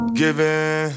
given